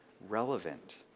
relevant